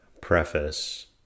Preface